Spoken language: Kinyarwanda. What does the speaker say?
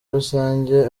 rusange